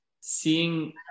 seeing